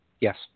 Yes